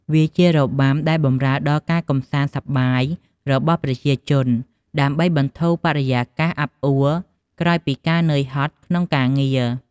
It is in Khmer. វាជារបាំដែលបំរើដលការកំសាន្តសប្បាយរបស់ប្រជាជនដើម្បីបន្ធូរបរិយាកាសអាប់អួរក្រោយពីការនឿយហត់ក្នុងការងារ ។